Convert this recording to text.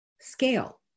scale